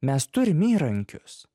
mes turim įrankius